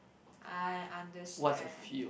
I understand